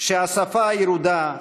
שהשפה הירודה,